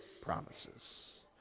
promises